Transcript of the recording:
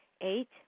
Eight